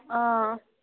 অঁ